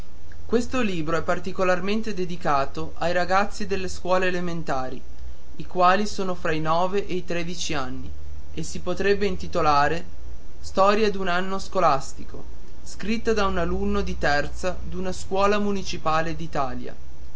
questo libro è particolarmente dedicato ai ragazzi delle scuole elementari i quali sono tra i nove e i tredici anni e si potrebbe intitolare storia d'un anno scolastico scritta da un alunno di terza d'una scuola municipale